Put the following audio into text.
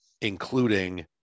including